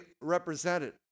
represented